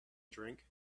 drink